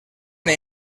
una